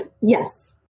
Yes